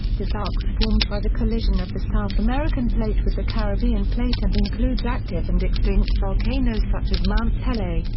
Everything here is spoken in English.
this arc was formed by the collision of the south american plate with the caribbean plate and includes active and extinct volcanoes such as mount pelee,